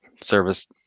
service